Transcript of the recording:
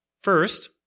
First